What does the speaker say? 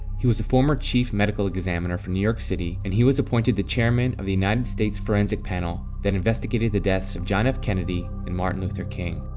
he was the former chief medical examiner from new york city and he was appointed the chairman of the united states forensic panel that investigated the deaths of john f. kennedy and martin luther king.